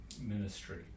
ministry